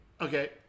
Okay